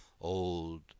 old